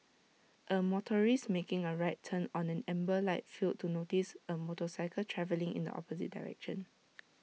A motorist making A right turn on an amber light failed to notice A motorcycle travelling in the opposite direction